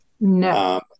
No